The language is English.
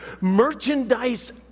merchandise